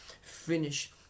finish